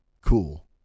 cool